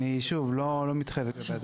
שוב, אני לא מתחייב לכך.